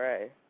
right